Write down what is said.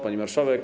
Pani Marszałek!